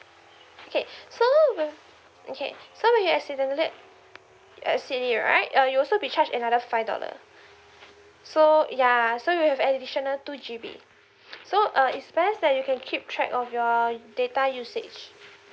okay so wi~ okay so when you accidentally exceed it right uh you'll also be charged another five dollar so yeah so you'll have additional two G_B so uh it's best that you can keep track of your data usage